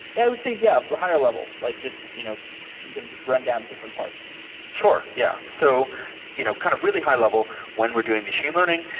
yeah would say, yeah, the higher level. like you know you can just run down the different parts sure. yeah. so you know kind of really high-level, when we're doing machine learning,